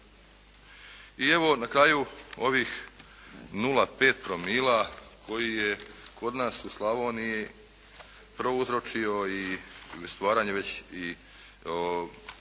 I evo na kraju ovih 0,5 promila koji je kod nas u Slavoniji prouzročio i stvaranje već i